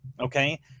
Okay